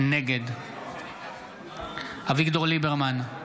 נגד אביגדור ליברמן,